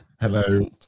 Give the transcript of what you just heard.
Hello